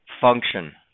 function